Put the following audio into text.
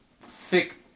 thick